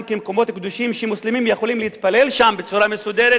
כמקומות קדושים שמוסלמים יכולים להתפלל שם בצורה מסודרת,